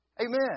Amen